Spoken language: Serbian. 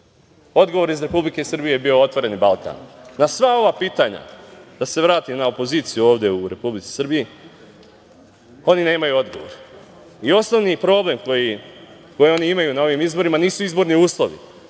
odgovor iz Republike Srbije je bio „Otvoreni Balkan“.Na sva ova pitanja, da se vratim na opoziciju ovde u Republici Srbiji, oni nemaju odgovor. Osnovni problem koji oni imaju na ovim izborima nisu izborni uslovi.